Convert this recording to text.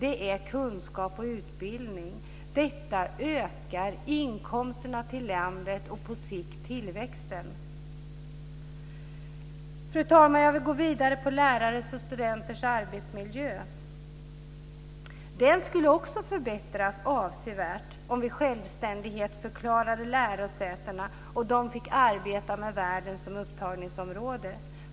Det är kunskap och utbildning. Detta ökar inkomsterna till landet och på sikt tillväxten. Fru talman! Jag vill gå vidare och tala om lärares och studenters arbetsmiljö. Denna skulle också förbättras avsevärt om vi självständighetsförklarade lärosätena och de fick arbeta med världen som upptagningsområde.